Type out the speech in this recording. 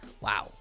wow